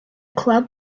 club